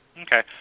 Okay